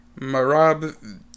Marab